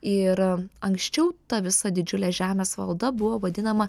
ir anksčiau ta visa didžiulė žemės valda buvo vadinama